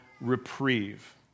reprieve